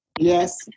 Yes